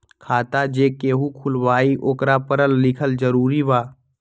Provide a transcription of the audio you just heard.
खाता जे केहु खुलवाई ओकरा परल लिखल जरूरी वा?